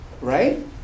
Right